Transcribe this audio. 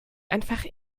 einfach